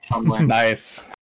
Nice